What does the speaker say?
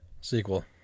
sequel